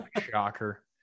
Shocker